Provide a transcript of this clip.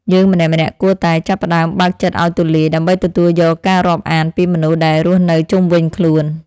យើងម្នាក់ៗគួរតែចាប់ផ្ដើមបើកចិត្តឱ្យទូលាយ ដើម្បីទទួលយកការរាប់អានពីមនុស្សដែលរស់នៅជុំវិញខ្លួន។